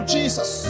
Jesus